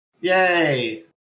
Yay